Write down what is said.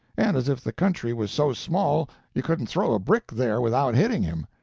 and as if the country was so small you couldn't throw a brick there without hitting him.